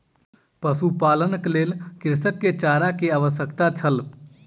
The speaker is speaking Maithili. पशुपालनक लेल कृषक के चारा के आवश्यकता छल